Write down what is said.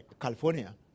California